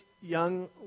young